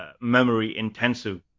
memory-intensive